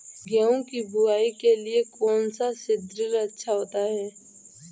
गेहूँ की बुवाई के लिए कौन सा सीद्रिल अच्छा होता है?